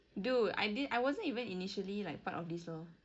dude I didn't I wasn't even initially like part of this lor